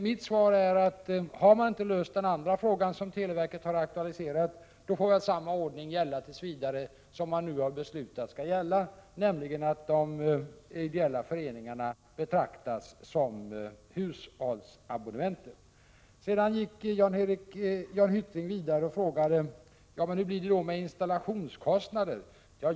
Mitt svar är således: Har man inte löst den andra frågan som televerket har aktualiserat, får samma ordning gälla tills vidare som man nu har beslutat skall gälla, nämligen att de ideella föreningarna betraktas som hushållsabonnenter. Jan Hyttring frågade vidare: Hur blir det med installationskostnader?